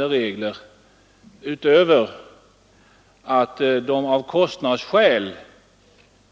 Det är väl inget tvivel om att nuvarande regler